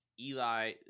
Eli –